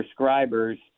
prescribers